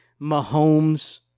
mahomes